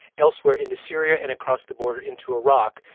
elsewhere into syria and across the border into iraq.